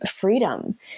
freedom